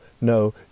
no